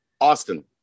Austin